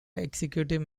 executive